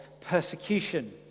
persecution